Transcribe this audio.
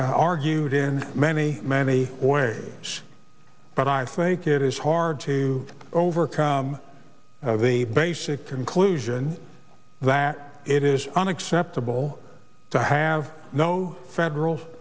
argued in many many ways but i think it is hard to overcome the basic conclusion that it is unacceptable to have no federal